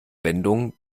wendungen